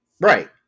right